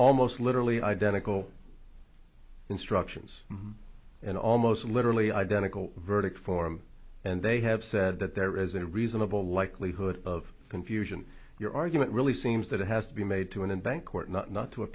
almost literally identical instructions in almost literally identical verdict form and they have said that there is a reasonable likelihood of confusion your argument really seems that it has to be made to an event court not